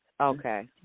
okay